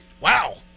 Wow